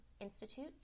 institute